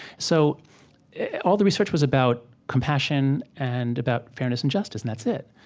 so all the research was about compassion and about fairness and justice, and that's it.